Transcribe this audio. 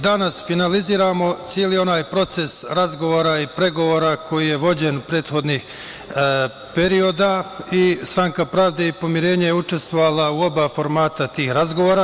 Danas finaliziramo celi onaj proces razgovora i pregovora koji je vođe prethodnih perioda i Stranka pravde i pomirenja je učestvovala u oba formata tih razgovora.